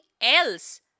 else